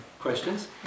questions